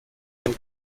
den